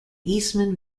eastman